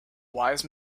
wise